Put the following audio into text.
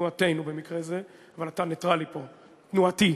תנועתנו במקרה זה, אבל אתה נייטרלי פה, תנועתי,